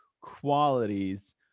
qualities